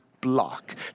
block